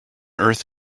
earth